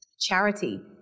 Charity